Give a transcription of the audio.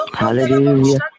hallelujah